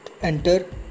enter